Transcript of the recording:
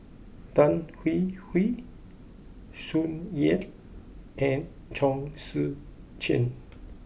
Tan Hwee Hwee Tsung Yeh and Chong Tze Chien